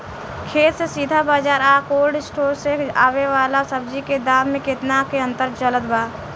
खेत से सीधा बाज़ार आ कोल्ड स्टोर से आवे वाला सब्जी के दाम में केतना के अंतर चलत बा?